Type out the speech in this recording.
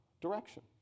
direction